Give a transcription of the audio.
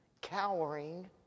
cowering